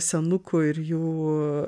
senukų ir jų